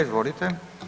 Izvolite.